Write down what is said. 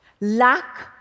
Lack